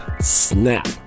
SNAP